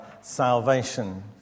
salvation